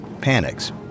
panics